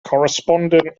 corresponding